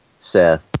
Seth